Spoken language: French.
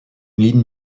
ligne